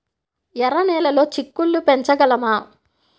ఎర్ర నెలలో చిక్కుళ్ళు పెంచగలమా?